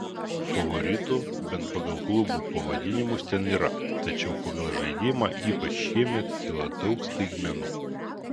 favoritų bent pagal klubų pavadinimus ten yra tačiau pagal žaidimą ypač šiemet kilo daug staigmenų